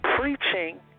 preaching